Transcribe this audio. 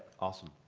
awesome.